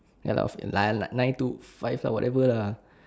ya lah of nine nine to five lah whatever